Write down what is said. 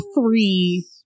three